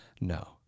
No